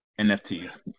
NFTs